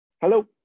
Hello